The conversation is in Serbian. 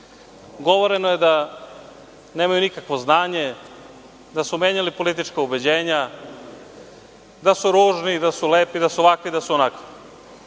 životinjama, nemaju nikakvo znanje, da su menjali politička ubeđenja, da su ružni, da su lepi, da su ovakvi, da su onakvi.